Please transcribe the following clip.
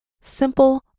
Simple